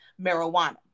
marijuana